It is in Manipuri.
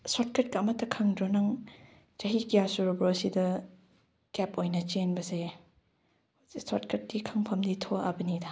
ꯁꯣꯔꯠ ꯀꯠꯀ ꯑꯃꯠꯇ ꯈꯪꯗ꯭ꯔꯣ ꯅꯪ ꯆꯍꯤ ꯀꯌꯥ ꯁꯨꯔꯕ꯭ꯔꯣ ꯁꯤꯗ ꯀꯦꯕ ꯑꯣꯏꯅ ꯆꯦꯟꯕꯁꯦ ꯁꯣꯔꯠ ꯀꯠꯇꯤ ꯈꯪꯐꯃꯗꯤ ꯊꯣꯛꯂꯕꯅꯤꯗ